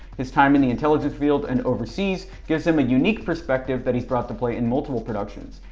his time in the intelligence field and overseas gives him unique perspective that he's brought to play in multiple productions.